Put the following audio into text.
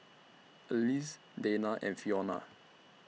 Alease Dayna and Fiona